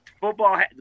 Football